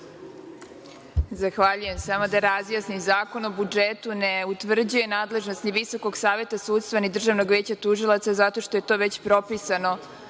Zahvaljujem. Samo da razjasnim. Zakon o budžetu ne utvrđuje nadležnosti VSS, ni Državnog veća tužilaca zato što je to već propisano